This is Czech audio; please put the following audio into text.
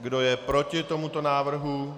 Kdo je proti tomuto návrhu?